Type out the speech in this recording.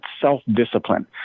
self-discipline